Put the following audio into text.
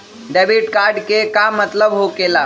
Debit card के का मतलब होकेला?